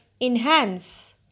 enhance